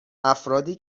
افرادی